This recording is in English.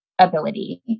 ability